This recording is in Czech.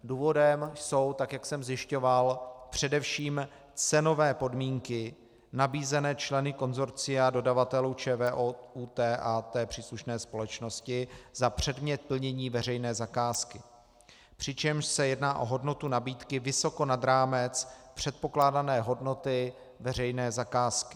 Důvodem jsou, tak jak jsem zjišťoval, především cenové podmínky nabízené členy konsorcia dodavatelů ČVUT a té příslušné společnosti za předmět plnění veřejné zakázky, přičemž se jedná o hodnotu nabídky vysoko nad rámec předpokládané hodnoty veřejné zakázky.